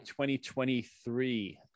2023